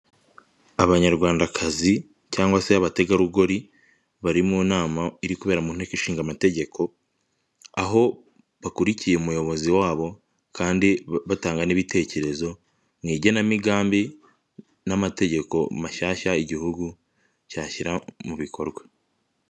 Abanyarwandakazi cyangwa se abategarugori bari mu nama iri kubera mu nteko ishinga amategeko aho bakurikiye umuyobozi wabo kandi batanga n'ibitekerezo mu igenamigambi n'amategeko mashyashya igihugu cyashyira mu bikorwa.